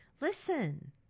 Listen